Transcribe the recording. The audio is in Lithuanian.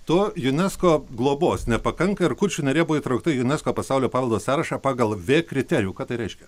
to unesco globos nepakanka ir kuršių nerija buvo įtraukta į unesco pasaulio paveldo sąrašą pagal v kriterijų ką tai reiškia